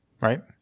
Right